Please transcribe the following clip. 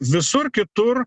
visur kitur